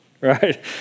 right